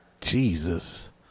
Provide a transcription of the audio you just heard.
jesus